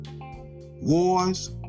wars